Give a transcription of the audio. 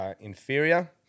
inferior